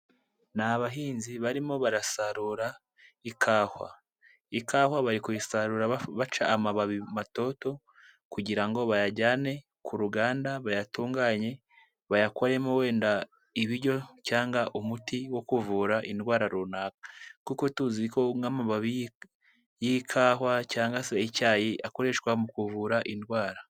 Ni abahinzi barimo barasarura ikahwa, ikahwa bari kuyisarura baca amababi matoto kugira ngo bayajyane ku ruganda bayatunganye bayakoremo wenda ibiryo cyangwa umuti wo kuvura indwara runaka, kuko tuzi ko nk amababi y'ikawa cyangwa se icyayi akoreshwa mu kuvura indwara.